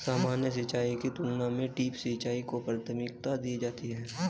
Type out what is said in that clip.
सामान्य सिंचाई की तुलना में ड्रिप सिंचाई को प्राथमिकता दी जाती है